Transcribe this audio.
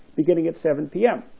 beginning at seven pm.